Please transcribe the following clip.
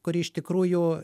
kuri iš tikrųjų